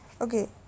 okay